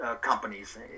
companies